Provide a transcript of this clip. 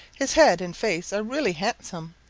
his head and face are really handsome.